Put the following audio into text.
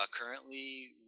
Currently